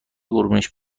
قربونش